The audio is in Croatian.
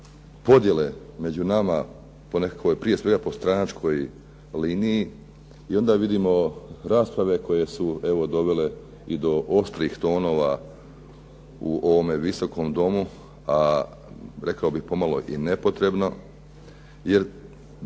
podjele među nama po nekakvoj prije svega po stranačkoj liniji i onda vidimo rasprave koje su evo dovele i do oštrih tonova u ovome Visokom domu a rekao bih pomalo i nepotrebno jer